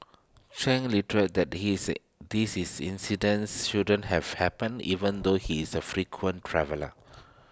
chang reiterated that his this is incidence shouldn't have happened even though he is A frequent traveller